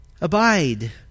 abide